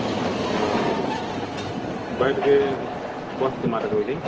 तऽ बैटके कसिके मारैके होइ छै